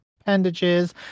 appendages